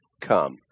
come